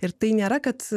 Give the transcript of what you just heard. ir tai nėra kad